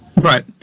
Right